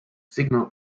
signal